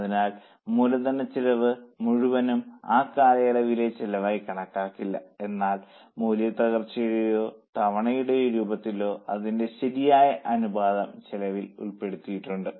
അതിനാൽ മൂലധന ചെലവ് മുഴുവനും ആ കാലയളവിലെ ചെലവായി കണക്കാക്കില്ല എന്നാൽ മൂല്യത്തകർച്ചയുടെയോ തവണകളുടെ രൂപത്തിലോ അതിന്റെ ശരിയായ അനുപാതം ചെലവിൽ ഉൾപ്പെടുത്തിയിട്ടുണ്ട്